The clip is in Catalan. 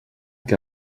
que